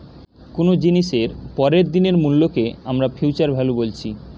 কুনো জিনিসের পরের দিনের মূল্যকে আমরা ফিউচার ভ্যালু বলছি